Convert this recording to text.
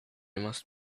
must